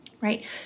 right